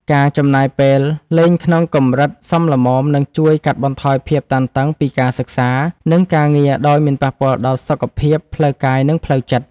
ការចំណាយពេលលេងក្នុងកម្រិតសមល្មមនឹងជួយកាត់បន្ថយភាពតានតឹងពីការសិក្សានិងការងារដោយមិនប៉ះពាល់ដល់សុខភាពផ្លូវកាយនិងផ្លូវចិត្ត។